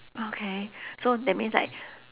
okay so that means like